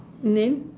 and then